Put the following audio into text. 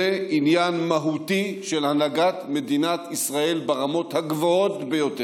זה עניין מהותי של הנהגת מדינת ישראל ברמות הגבוהות ביותר.